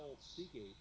Seagate